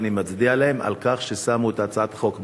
ואני מצדיע להם על כך ששמו את הצעת החוק בצד.